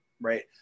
right